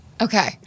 okay